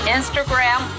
Instagram